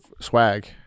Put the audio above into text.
swag